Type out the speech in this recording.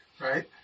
right